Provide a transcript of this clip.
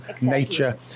nature